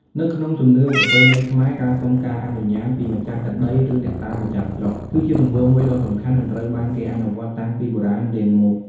នៅក្នុងជំនឿប្រពៃណីខ្មែរ ការសុំការអនុញ្ញាតពីម្ចាស់ទឹកដី ឬអ្នកតាម្ចាស់ស្រុក គឺជាទង្វើមួយដ៏សំខាន់ និងត្រូវបានគេអនុវត្តតាំងពីបុរាណរៀងមក។